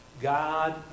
God